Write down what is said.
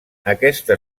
aquesta